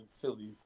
Phillies